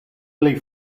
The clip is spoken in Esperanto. plej